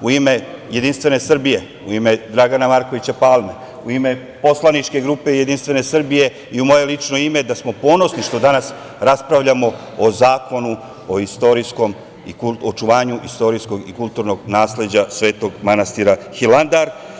u ime Jedinstvene Srbije, u ime Dragana Markovića Palme, u ime poslaničke grupe JS i u moje lično ime, da smo ponosni što danas raspravljamo o zakonu o očuvanju istorijskog i kulturnog nasleđa Svetog manastira Hilandar.